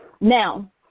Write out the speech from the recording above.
Now